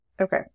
Okay